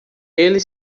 ele